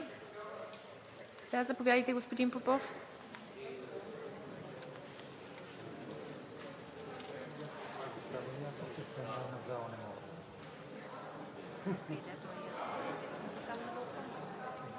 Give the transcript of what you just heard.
Заповядайте, господин Попов.